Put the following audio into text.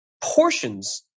portions